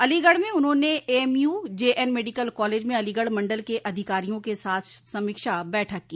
अलीगढ़ में उन्होंने AMU JN medical college में अलीगढ़ मंडल के अधिकारियों के साथ समीक्षा बैठक को